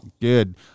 Good